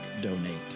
donate